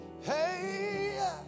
Hey